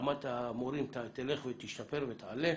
שרמת המורים תלך ותשתפר ותעלה.